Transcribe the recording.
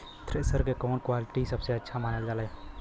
Thresher के कवन quality सबसे अच्छा मानल जाले?